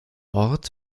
ort